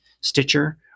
Stitcher